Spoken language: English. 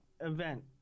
event